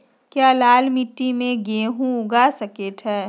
क्या लाल मिट्टी में गेंहु उगा स्केट है?